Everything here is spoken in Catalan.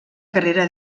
carrera